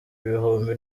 ibihumbi